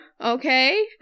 Okay